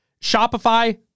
Shopify